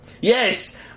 Yes